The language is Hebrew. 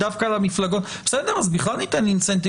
לצורך העניין,